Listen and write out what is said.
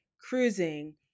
cruising